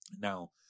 Now